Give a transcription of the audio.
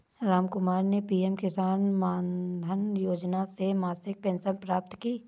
रामकुमार ने पी.एम किसान मानधन योजना से मासिक पेंशन प्राप्त की